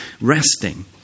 resting